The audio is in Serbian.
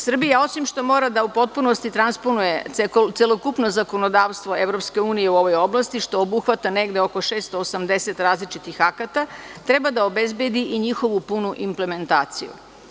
Srbija, osim što mora da u potpunosti transponuje celokupno zakonodavstvo EU u ovoj oblasti, što obuhvata negde oko 680 različitih akata, treba da obezbedi i njihovu punu implementaciju.